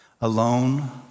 alone